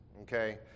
okay